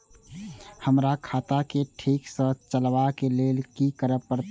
हमरा खाता क ठीक स चलबाक लेल की करे परतै